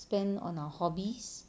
spend on our hobbies